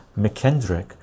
McKendrick